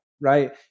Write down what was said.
right